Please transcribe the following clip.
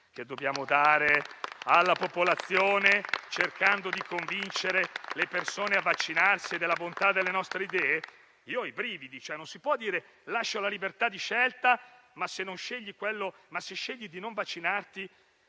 che dobbiamo dare alla popolazione, cercando di convincere le persone a vaccinarsi e della bontà delle nostre idee? Io ho i brividi. Non si può dire: lascio libertà di scelta ma, se scegli di non vaccinarti,